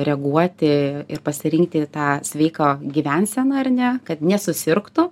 reaguoti ir pasirinkti tą sveiką gyvenseną ar ne kad nesusirgtų